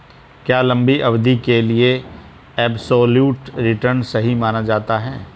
क्या लंबी अवधि के लिए एबसोल्यूट रिटर्न सही माना जाता है?